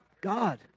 God